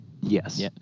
Yes